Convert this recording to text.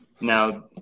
now